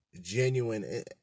genuine